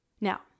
Now